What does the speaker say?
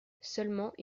seulement